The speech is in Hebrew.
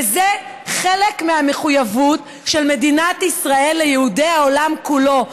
וזה חלק מהמחויבות של מדינת ישראל ליהודי העולם כולו.